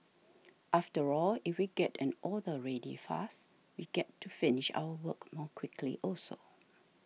after all if we get an order ready fast we get to finish our work more quickly also